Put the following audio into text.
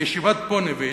לישיבת "פוניבז'",